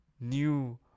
new